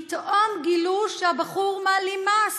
פתאום גילו שהבחור מעלים מס.